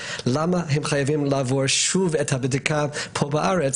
למה הם חייבים לעבור שוב את הבדיקה פה בארץ